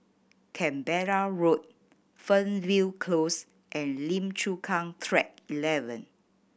Canberra Road Fernvale Close and Lim Chu Kang Track Eleven